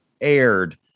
aired